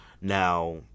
Now